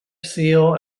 seal